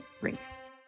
race